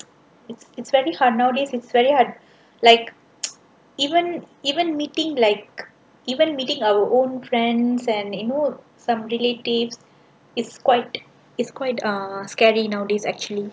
it's it's very hard nowadays it's very hard like even even meeting like even meeting our own friends and you know some relatives is quite is quite uh scary nowadays actually